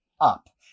up